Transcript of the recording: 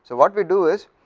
so what we do this,